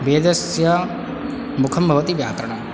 वेदस्य मुखं भवति व्याकरणं